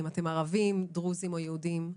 ערבים דרוזים או יהודים,